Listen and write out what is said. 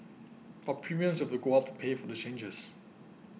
but premiums will have to go up to pay for the changes